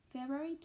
February